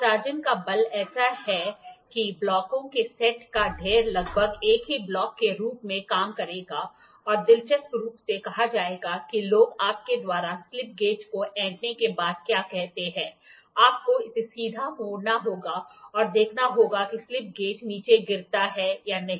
आसंजन का बल ऐसा है कि ब्लॉकों के सेट का ढेर लगभग एक ही ब्लॉक के रूप में काम करेगा और दिलचस्प रूप से कहा जाएगा कि लोग आपके द्वारा स्लिप गेज को ऐंठने के बाद क्या कहते हैं आपको इसे सीधा मोड़ना होगा और देखना होगा कि स्लिप गेज नीचे गिरता है या नहीं